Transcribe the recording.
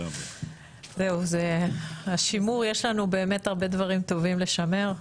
באמת יש לנו הרבה טובים לשמר,